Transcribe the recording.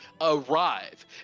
arrive